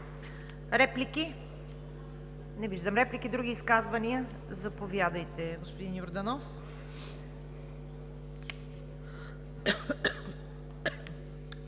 Реплики? Не виждам. Други изказвания? Заповядайте, господин Йорданов.